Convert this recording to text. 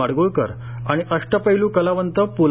माडगूळकर आणि अष्टपैलू कलावंत प्